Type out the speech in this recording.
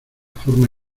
forma